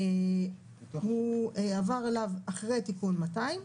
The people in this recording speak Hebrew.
הוא עבר אליו אחרי תיקון 200,